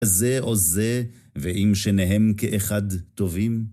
זה או זה, ואם שניהם כאחד טובים?